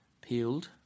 peeled